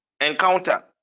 encounter